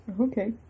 Okay